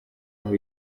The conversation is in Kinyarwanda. aho